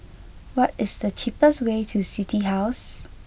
what is the cheapest way to City House